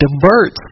diverts